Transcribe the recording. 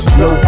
no